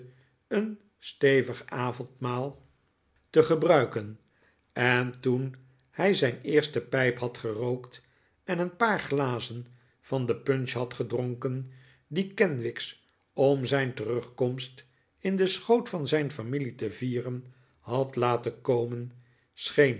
een stevig avondmaal te gebruiken en toen hij zijn eerste pijp had gerookt en een paar glazen van de punch had gedronken die kenwigs om zijn terugkomst in den schoot van zijn familie te vieren had laten komen scheen